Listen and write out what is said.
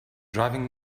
driving